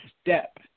step